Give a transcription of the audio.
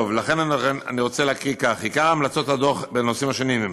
לכן אני רוצה להקריא כך: עיקר המלצות הדוח בנושאים השונים: